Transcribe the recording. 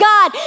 God